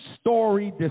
story